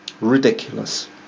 Ridiculous